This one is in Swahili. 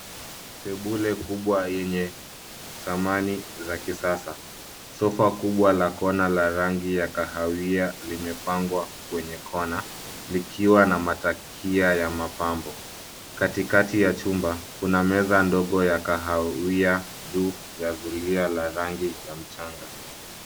Sebule kubwa yenye samani za kisasa. Sofa kubwa la kona la rangi ya kahawia limepangwa kwenye kona likiwa na matakia ya mapambo. Katikati ya chumba kuna meza ndogo ya kahawai juu ya zulia la mchanga.